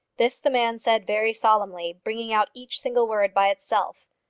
this the man said very solemnly, bringing out each single word by itself.